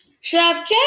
Chef